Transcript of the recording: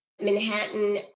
Manhattan